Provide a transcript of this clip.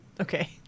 Okay